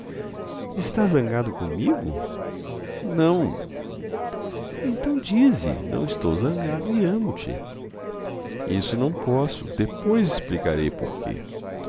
estás zangado comigo não então dize não estou zangado e amo-te isso não posso depois explicarei por quê